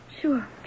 sure